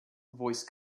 voice